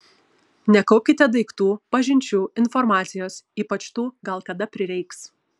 nekaupkite daiktų pažinčių informacijos ypač tų gal kada prireiks